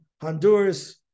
Honduras